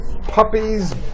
Puppies